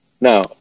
Now